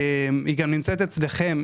שגם נמצאת אצלכם,